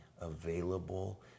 available